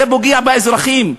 זה פוגע באזרחים.